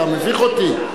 אתה מביך אותי.